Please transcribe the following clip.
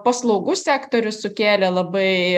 paslaugų sektorius sukėlė labai